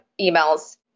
emails